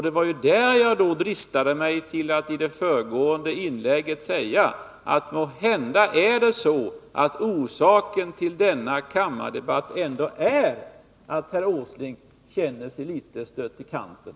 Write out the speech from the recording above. Det var därför jag dristade mig att i det föregående inlägget säga att måhända orsaken till denna kammardebatt ändå är att herr Åsling känner sig litet stött i kanten.